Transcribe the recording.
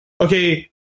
okay